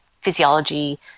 physiology